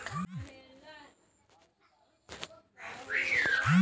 जँ हमरा अग्रिम ई.एम.आई केँ भुगतान करऽ देब तऽ कऽ होइ?